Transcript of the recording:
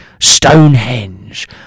Stonehenge